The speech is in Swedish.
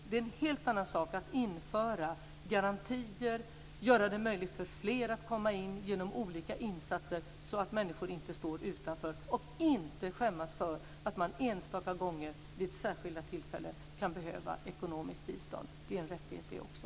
Det är en helt annan sak att införa garantier, göra det möjligt för fler att komma in genom olika insatser, så att människor inte står utanför och inte skäms för att de enstaka gånger vid särskilda tillfällen kan behöva ekonomiskt bistånd. Det är en rättighet det också.